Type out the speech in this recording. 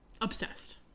Obsessed